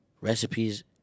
Recipes